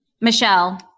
Michelle